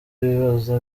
bibaza